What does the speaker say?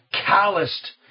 calloused